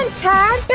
chad,